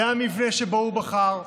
זה המבנה שבו הוא בחר,